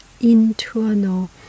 internal